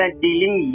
dealing